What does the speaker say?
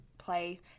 play